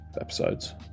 episodes